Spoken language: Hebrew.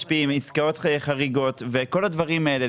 עסקאות חריגות המון דברים שמשפיעים.